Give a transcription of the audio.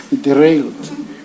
derailed